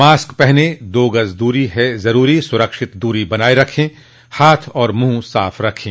mask पहनें दो गज़ दूरी है ज़रूरी सुरक्षित दूरी बनाए रखें हाथ और मुंह साफ़ रखें